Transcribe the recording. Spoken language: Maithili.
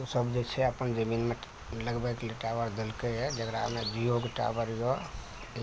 ओ सब जे छै अपन जमीनमे लगबै के लिए टावर देलकै यऽ जेकरामे जियोके टावर यऽ